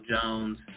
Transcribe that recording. Jones